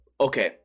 Okay